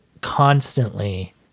constantly